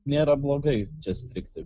nėra blogai čia strigti